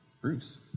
Bruce